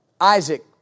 Isaac